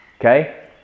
okay